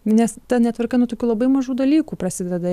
nes ta netvarka nuo tokių labai mažų dalykų prasideda